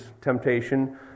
temptation